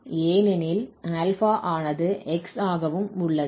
ஏனெனில் α ஆனது x ஆகவும் உள்ளது